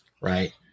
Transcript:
right